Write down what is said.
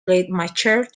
rademacher